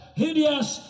hideous